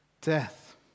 death